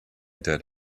did